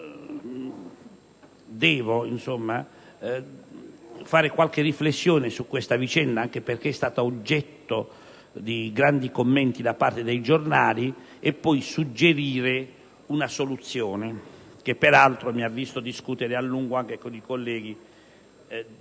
vorrei fare qualche riflessione su tale vicenda, anche perché è stata oggetto di grandi commenti da parte dei giornali, e poi suggerire una soluzione, sulla quale peraltro ho discusso a lungo anche con i colleghi.